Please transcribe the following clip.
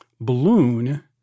balloon